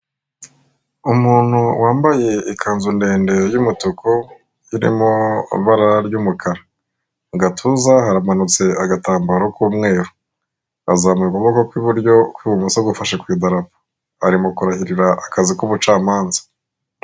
Umuntu wambaye ikanzu ndende y'umutuku irimo ibara ry'umukara. Mu gatuza haramanutse agatambaro k'umweru azamuye ukuboko ku iburyo ukw'ibumoso gufashe ku idarapo ari mu kurahira akazi k'ubucamanza.